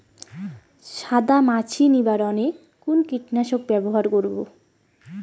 সাদা মাছি নিবারণ এ কোন কীটনাশক ব্যবহার করব?